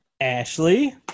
Ashley